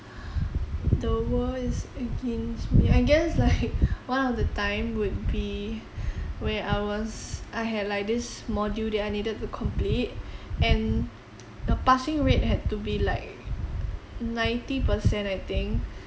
the world is against me I guess like one of the time would be where I was I had like this module that I needed to complete and the passing rate had to be like ninety per cent I think